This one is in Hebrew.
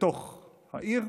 לתוך העיר,